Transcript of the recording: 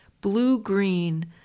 blue-green